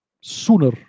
sooner